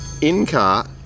in-car